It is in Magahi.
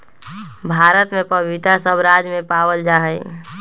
भारत में पपीता सब राज्य में पावल जा हई